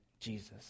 Jesus